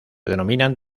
denominan